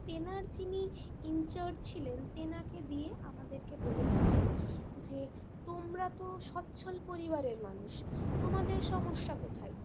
তেনার যিনি ইনচার্জ ছিলেন তেনাকে দিয়ে আমাদেরকে বলে পাঠালেন যে তোমরা তো সচ্ছল পরিবারের মানুষ তোমাদের সমস্যা কোথায়